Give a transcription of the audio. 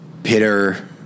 Peter